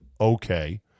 okay